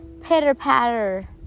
pitter-patter